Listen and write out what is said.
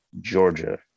Georgia